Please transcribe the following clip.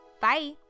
Bye